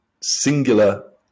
singular